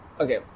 Okay